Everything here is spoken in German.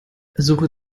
suche